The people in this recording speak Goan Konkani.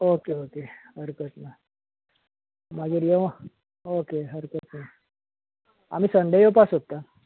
ओके ओके हरकत ना मागीर येवं ओके हरकत ना आमी संडे येवपा सोदता